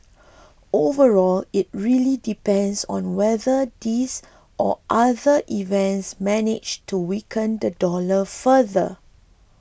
overall it really depends on whether these or other events manage to weaken the dollar further